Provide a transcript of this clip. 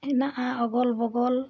ᱦᱮᱱᱟᱜᱼᱟ ᱚᱜᱚᱞ ᱵᱚᱜᱚᱞ